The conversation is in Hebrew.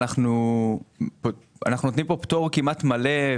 אנחנו נותנים פטור כמעט מלא,